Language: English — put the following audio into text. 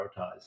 prioritize